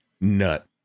nut